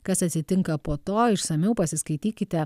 kas atsitinka po to išsamiau pasiskaitykite